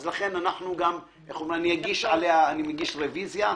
לכן אני מגיש רוויזיה,